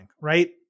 right